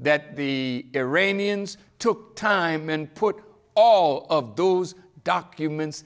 that the iranians took time and put all of those documents